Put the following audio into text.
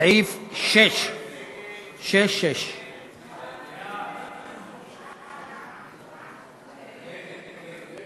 לסעיף 6. ההסתייגות של